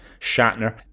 Shatner